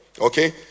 okay